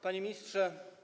Panie Ministrze!